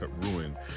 ruin